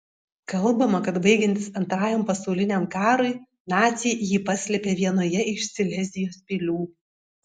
kalbama kad baigiantis antrajam pasauliniam karui naciai jį paslėpė vienoje iš silezijos pilių